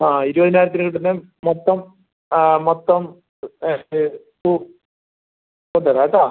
ആ ഇരുപതിനായിരത്തിന് കിട്ടുന്ന മൊത്തം ആ മൊത്തം ബെസ്റ്റ് പൂ തരാം കേട്ടോ